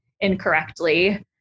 incorrectly